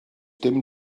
dim